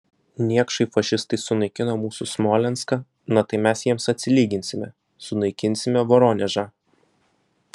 niekšai fašistai sunaikino mūsų smolenską na tai mes jiems atsilyginsime sunaikinsime voronežą